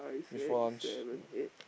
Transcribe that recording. before lunch